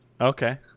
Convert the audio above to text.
Okay